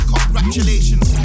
Congratulations